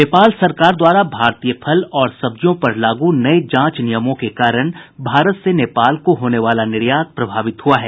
नेपाल सरकार द्वारा भारतीय फल और सब्जियों पर लागू नये जांच नियमों के कारण भारत से नेपाल को होने वाला निर्यात प्रभावित हुआ है